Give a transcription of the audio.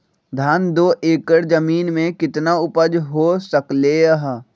धान दो एकर जमीन में कितना उपज हो सकलेय ह?